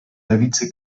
lewicy